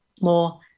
more